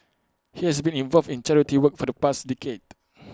he has been involved in charity work for the past decade